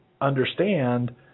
understand